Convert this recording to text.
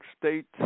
states